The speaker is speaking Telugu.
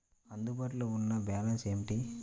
అందుబాటులో ఉన్న బ్యాలన్స్ ఏమిటీ?